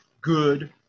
good